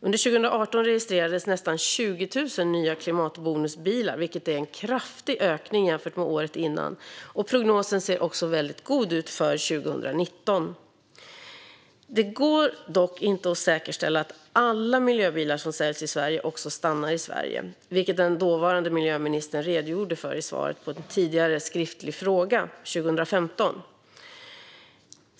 Under 2018 registrerades nästan 20 000 nya klimatbonusbilar, vilket är en kraftig ökning jämfört med året innan, och prognosen ser också god ut för 2019. Det går dock inte att säkerställa att alla miljöbilar som säljs i Sverige också stannar i Sverige, vilket den dåvarande miljöministern redogjorde för i svaret på en tidigare skriftlig fråga .